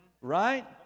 right